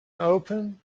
open